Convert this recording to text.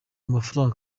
mafaranga